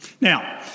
Now